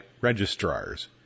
registrars